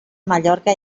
mallorca